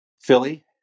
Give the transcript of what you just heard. Philly